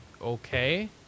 okay